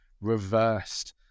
reversed